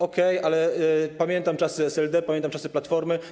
Okej, ale pamiętam czasy SLD, pamiętam czasy Platformy.